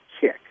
kick